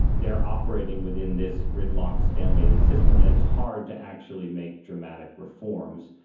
they're operating within this gridlocked, stalemated system. and it's hard to actually make dramatic reforms.